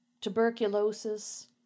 tuberculosis